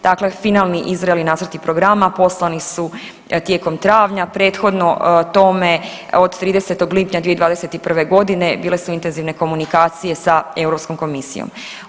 Dakle, finalni i zreli nacrti programa poslani su tijekom travnja, prethodno tome od 30. lipnja 2021.g. bile su intenzivne komunikacije sa Europskom komisijom.